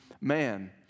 man